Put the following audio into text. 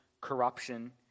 corruption